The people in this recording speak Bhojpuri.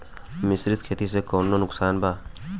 मिश्रित खेती से कौनो नुकसान वा?